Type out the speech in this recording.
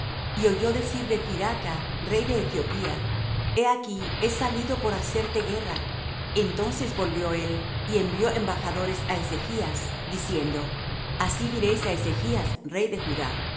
y oyó decir de thiraca rey de ethiopía he aquí es salido para hacerte guerra entonces volvió él y envió embajadores á ezechas diciendo así diréis á ezechas rey de judá